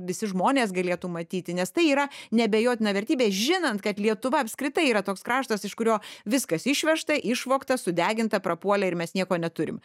visi žmonės galėtų matyti nes tai yra neabejotina vertybė žinant kad lietuva apskritai yra toks kraštas iš kurio viskas išvežta išvogta sudeginta prapuolę ir mes nieko neturim